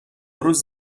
روز